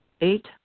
eight